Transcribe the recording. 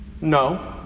No